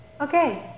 Okay